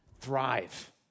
Thrive